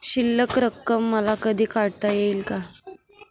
शिल्लक रक्कम मला कधी काढता येईल का?